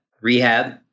rehab